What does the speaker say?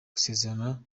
gusezerana